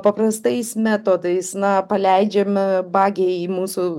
paprastais metodais na paleidžiame bagį į mūsų